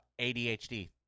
ADHD